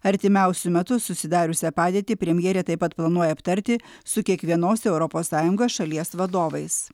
artimiausiu metu susidariusią padėtį premjerė taip pat planuoja aptarti su kiekvienos europos sąjungos šalies vadovais